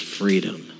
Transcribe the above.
freedom